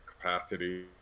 capacity